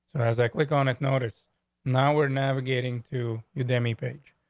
is that click on its notice now? we're never getting to the demi page.